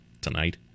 tonight